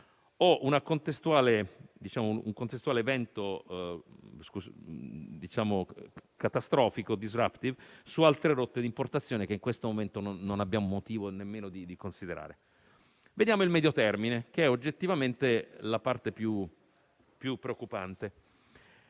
o un contestuale evento catastrofico (*disruptive*) su altre rotte di importazione, che in questo momento non abbiamo motivo nemmeno di considerare. Vediamo il medio termine, che è oggettivamente la parte più preoccupante.